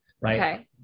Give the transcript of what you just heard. right